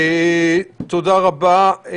תודה רבה.